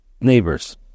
neighbors